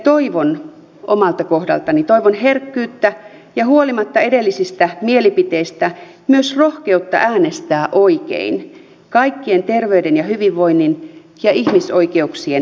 toivon omalta kohdaltani herkkyyttä ja huolimatta edellisistä mielipiteistä myös rohkeutta äänestää oikein kaikkien terveyden hyvinvoinnin ja ihmisoikeuksien parantamiseksi